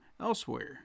elsewhere